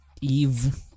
Eve